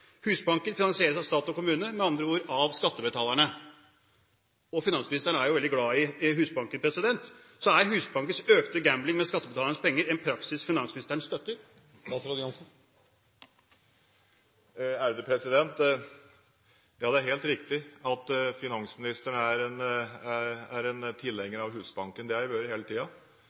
Husbanken finansieres av stat og kommune, med andre ord av skattebetalerne. Finansministeren er veldig glad i Husbanken. Er Husbankens økte gambling med skattebetalernes penger en praksis som finansministeren støtter? Ja, det er helt riktig at finansministeren er tilhenger av Husbanken – det har jeg vært hele